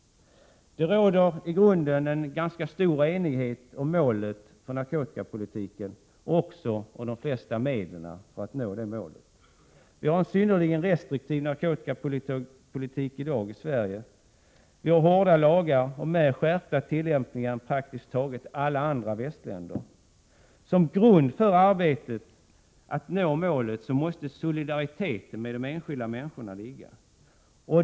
Det råder i grunden en ganska stor enighet om målet för narkotikapolitiken och även om de flesta av medlen för att nå detta mål. Vi har i dag en synnerligen restriktiv narkotikapolitik i Sverige. Vi har hårdare lagar och mer skärpta tillämpningar än praktiskt taget alla andra västländer. Som grund för arbetet att nå målet måste ligga solidariteten med den enskilda människan.